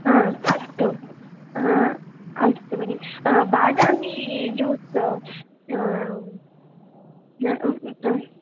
आ अस्तु अस्तु भगिनि बादाम् ज्यूस्